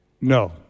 No